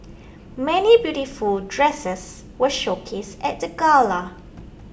many beautiful dresses were showcased at the gala